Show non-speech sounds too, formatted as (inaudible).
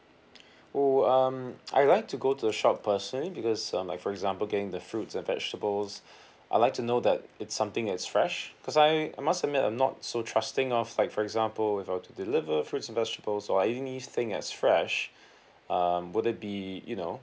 oh um I'd like to go to the shop personally because um like for example getting the fruits and vegetables (breath) I like to know that it's something is fresh cause I I must admit I'm not so trusting of like for example if I were to deliver fruits and vegetables or anything as fresh um would it be you know